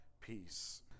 peace